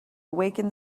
awaken